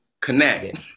connect